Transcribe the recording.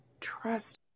trust